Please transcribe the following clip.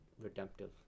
redemptive